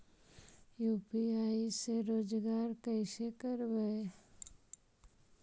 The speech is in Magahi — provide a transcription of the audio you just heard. यु.पी.आई से रोजगार कैसे करबय?